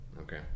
Okay